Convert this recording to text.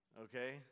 okay